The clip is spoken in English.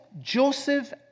Joseph